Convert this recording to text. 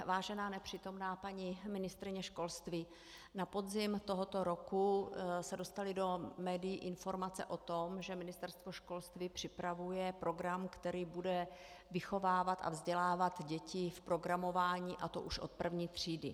Vážená nepřítomná paní ministryně školství, na podzim tohoto roku se dostaly do médií informace o tom, že Ministerstvo školství připravuje program, který bude vychovávat a vzdělávat děti v programování, a to už od první třídy.